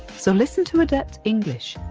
so listen to adept english.